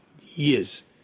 years